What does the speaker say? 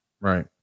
Right